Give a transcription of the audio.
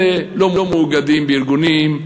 אלה לא מאוגדים בארגונים,